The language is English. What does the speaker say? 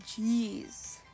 jeez